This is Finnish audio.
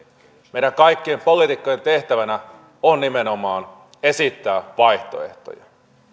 meidän kaikkien poliitikkojen tehtävänä on nimenomaan esittää vaihtoehtoja